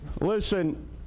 Listen